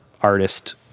artist